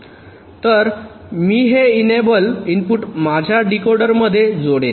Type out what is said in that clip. तर मी हे इनेबल इनपुट माझ्या डीकोडरमध्ये जोडेन